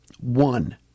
one